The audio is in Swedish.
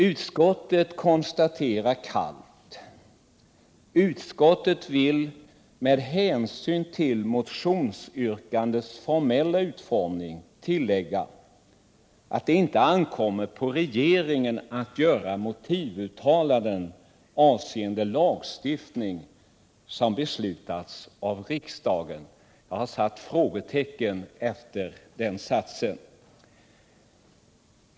Utskottet konstaterar kallt: ”Utskottet vill med hänsyn till motionsyrkandets formella utformning tillägga att det inte ankommer på regeringen att göra motivuttalanden avseende lagstiftning som beslutats av riksdagen.” Jag har satt frågetecken efter den satsen.